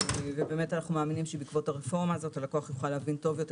אנו מאמינים שבעקבות הרפורמה הזאת הלקוח יוכל להבין טוב יותר